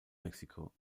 mexico